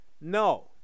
No